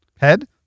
Head